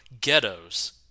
ghettos